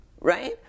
right